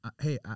Hey